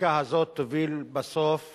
שהחקיקה הזאת תוביל בסוף